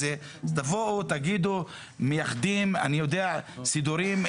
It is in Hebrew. תבואו ותאמרו שמייחסים סידורים,